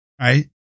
Right